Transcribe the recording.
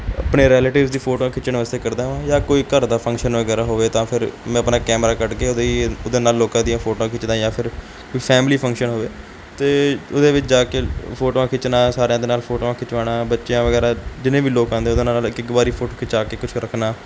ਆਪਣੇ ਰਿਲੇਟਿਵਸ ਦੀ ਫੋਟੋਆਂ ਖਿੱਚਣ ਵਾਸਤੇ ਕਰਦਾ ਹਾਂ ਜਾਂ ਕੋਈ ਘਰ ਦਾ ਫੰਕਸ਼ਨ ਵਗੈਰਾ ਹੋਵੇ ਤਾਂ ਫਿਰ ਮੈਂ ਆਪਣਾ ਕੈਮਰਾ ਕੱਢ ਕੇ ਉਹਦੀ ਉਹਦੇ ਨਾਲ ਲੋਕਾਂ ਦੀਆਂ ਫੋਟੋਆਂ ਖਿੱਚਦਾ ਜਾਂ ਫਿਰ ਕੋਈ ਫੈਮਿਲੀ ਫੰਕਸ਼ਨ ਹੋਵੇ ਤਾਂ ਉਹਦੇ ਵਿੱਚ ਜਾ ਕੇ ਫੋਟੋਆਂ ਖਿੱਚਣਾ ਸਾਰਿਆਂ ਦੇ ਨਾਲ ਫੋਟੋਆਂ ਖਿਚਵਾਉਣਾ ਬੱਚਿਆਂ ਵਗੈਰਾ ਜਿੰਨੇ ਵੀ ਲੋਕ ਆਉਂਦੇ ਉਨ੍ਹਾਂ ਦੇ ਨਾਲ ਇੱਕ ਇੱਕ ਵਾਰੀ ਫੋਟੋ ਖਿਚਾ ਕੇ ਰੱਖਣਾ